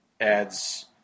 adds